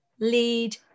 lead